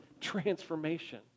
transformation